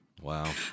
Wow